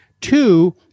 Two